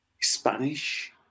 Spanish